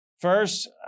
First